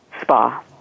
spa